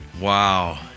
Wow